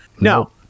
no